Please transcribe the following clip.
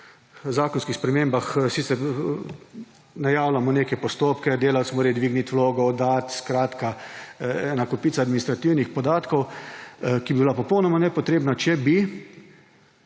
zakonskih spremembah sicer najavljamo neke postopke, delavec mora dvigniti vlogo, oddati, skratka, ena kopica administrativnih podatkov, ki bi bila popolnoma nepotrebna, če bi